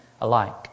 alike